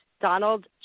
Donald